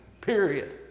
period